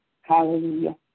Hallelujah